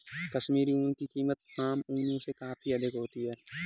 कश्मीरी ऊन की कीमत आम ऊनों से काफी अधिक होती है